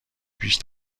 پیش